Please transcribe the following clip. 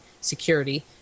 security